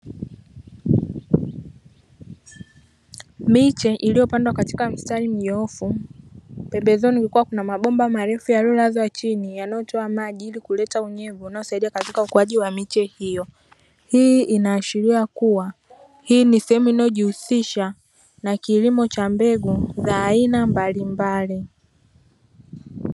Miche iliyopandwa katika mstari mnyoofu, pembezoni kukiwa kuna mabomba marefu yaliyo lazwa chini yanayotoa maji ili kuleta unyevu unaosaidia katika ukuaji wa miche hiyo. Hii inaashiria kuwa hii ni sehemu inayojihusisha na kilimo cha mbegu za aina mbali mbali.